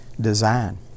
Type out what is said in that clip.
design